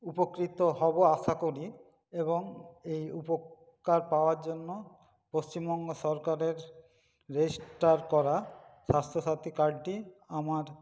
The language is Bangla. উপকৃত হবো আশা করি এবং এই উপকার পাওয়ার জন্য পশ্চিমবঙ্গ সরকারের রেজিস্টার করা স্বাস্থ্য সাথি কার্ডটি আমার